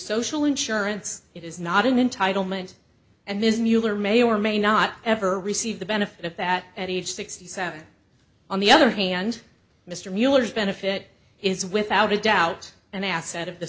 social insurance it is not an entitlement and this mueller may or may not ever receive the benefit of that at age sixty seven on the other hand mr mueller's benefit is without a doubt an asset of the